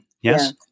Yes